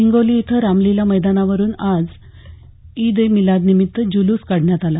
हिंगोली इथं रामलीला मैदानावरून ईद ए मिलादनिमित्त जुलूस काढण्यात आला